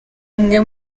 umwe